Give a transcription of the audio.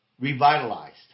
revitalized